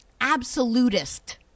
absolutist